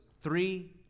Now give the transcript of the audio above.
three